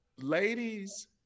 Ladies